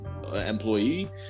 Employee